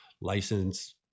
license